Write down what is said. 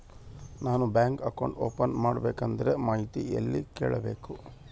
ನಾನು bank account open ಮಾಡಬೇಕಂದ್ರ ಮಾಹಿತಿ ಎಲ್ಲಿ ಕೇಳಬೇಕು?